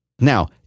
Now